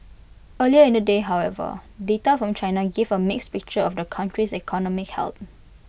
earlier in the day however data from China gave A mixed picture of the country's economic health